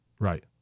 Right